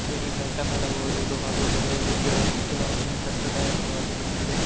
ಇದರಿಂದ ಕನ್ನಡ ಓದಲು ಹಾಗು ಬರೆಯಲು ಕೇವಲ ಕೆಲವೊಮ್ಮೆ ಕಷ್ಟದಾಯಕವಾಗಿರುತ್ತದೆ